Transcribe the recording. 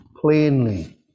plainly